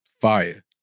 Fire